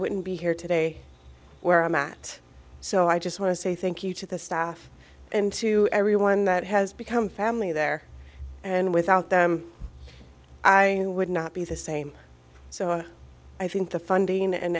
wouldn't be here today where i'm at so i just want to say thank you to the staff and to everyone that has become family there and without them i would not be the same so i think the funding and